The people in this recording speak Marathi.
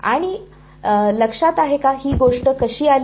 आणि लक्षात आहे का ही गोष्ट कशी आली